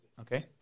Okay